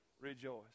rejoice